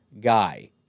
guy